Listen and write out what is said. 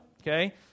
Okay